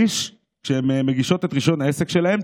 כשהן מגישות את רישיון העסק שלהן,